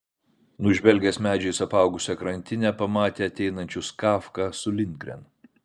nužvelgęs medžiais apaugusią krantinę pamatė ateinančius kafką su lindgren